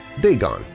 Dagon